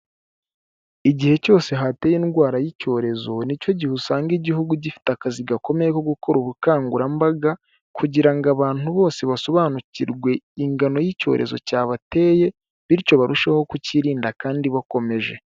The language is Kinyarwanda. Igihe cyose hateye indwara y'icyorezo, ni cyo gihe usanga igihugu gifite akazi gakomeye ko gukora ubukangurambaga kugira ngo abantu bose basobanukirwe ingano y'icyorezo cyabateye bityo barusheho kukicyirinda kandi bakomeje.